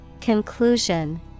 Conclusion